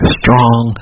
strong